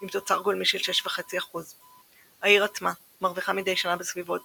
עם תוצר גולמי של 6.5%. העיר עצמה מרוויחה מדי שנה בסביבות